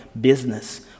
business